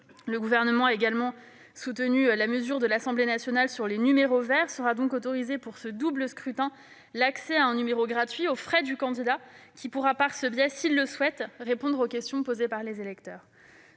Le Gouvernement a aussi soutenu la mesure de l'Assemblée nationale sur les numéros verts. Sera donc autorisé pour ce double scrutin l'accès des électeurs à un numéro vert gratuit, aux frais du candidat, qui pourra par ce biais, s'il le souhaite, répondre à leurs questions. De plus, plusieurs